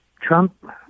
Trump